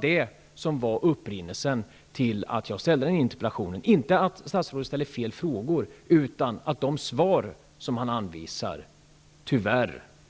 Detta var upprinnelsen till den här interpellationen, inte att statsrådet ställde fel frågor utan att de svar som han anvisar